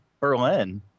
Berlin